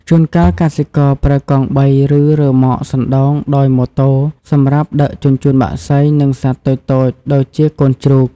ជួនកាលកសិករប្រើកង់បី ឬរ៉ឺម៉កសណ្ដោងដោយម៉ូតូសម្រាប់ដឹកជញ្ជូនបក្សី និងសត្វតូចៗដូចជាកូនជ្រូក។